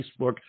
Facebook